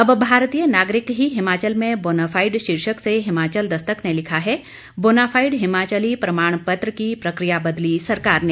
अब भारतीय नागरिक ही हिमाचल में बोनाफाइड शीर्षक से हिमाचल दस्तक ने लिखा है बोनाफाइड हिमाचली प्रमाण पत्र की प्रकिया बदली सरकार ने